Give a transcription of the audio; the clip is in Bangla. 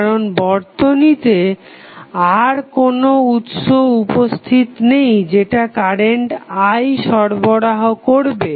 কারণ বর্তনীতে আর কোনো উৎস উপস্থিত নেই যেটা কারেন্ট i সরবরাহ করবে